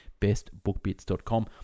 bestbookbits.com